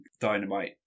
dynamite